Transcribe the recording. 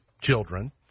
Children